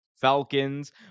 Falcons